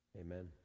Amen